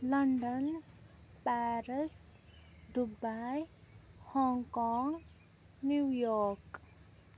London Paris Dubai Hong Kong New York